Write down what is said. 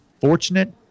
fortunate